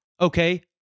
Okay